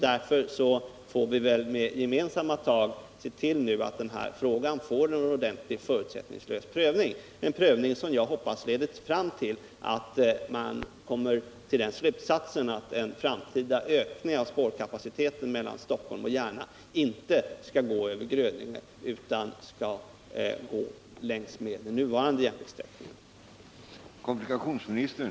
Därför får vi väl med gemensamma tag nu se till att den här frågan får en ordentlig och förutsättningslös prövning, som jag hoppas leder fram till slutsatsen att den framtida ökningen av spårkapaciteten mellan Stockholm och Järna inte sker genom ett spår över Grödinge utan längs med den nuvarande järnvägssträckningen.